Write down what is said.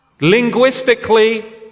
Linguistically